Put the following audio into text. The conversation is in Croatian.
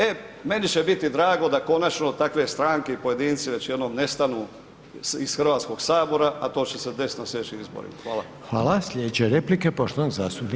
E meni će biti drago da konačno takve stranke i pojedince već jednom nestanu iz Hrvatskog sabora, a to će se desiti na sljedećim izborima.